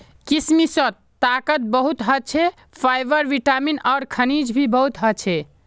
किशमिशत ताकत बहुत ह छे, फाइबर, विटामिन आर खनिज भी बहुत ह छे